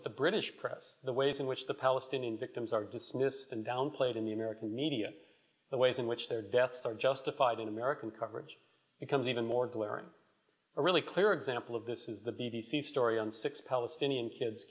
at the british press the ways in which the palestinian victims are dismissed and downplayed in the american media the ways in which their deaths are justified in american coverage becomes even more glaring are really clear example of this is the b b c story on six palestinian kids